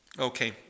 okay